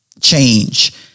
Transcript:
change